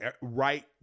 right